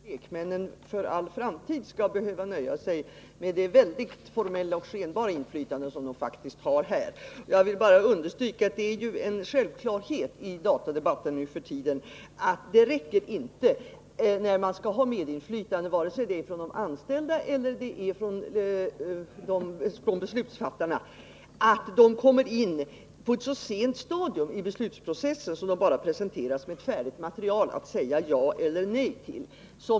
Herr talman! Jag är givetvis glad att det inte anses självklart att lekmännen för all framtid skall behöva nöja sig med det väldigt formella och skenbara inflytande som de faktiskt har här. Jag vill understryka att det är en självklarhet i datadebatten nu för tiden att det inte räcker för dem som skall ha medinflytande, vare sig det är fråga om anställda eller om beslutsfattare, att de kommer in på ett så sent stadium i beslutsprocessen att de bara presenteras ett färdigt material att säga ja eller nej till.